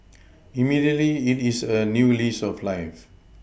immediately it is a new lease of life